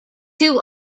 two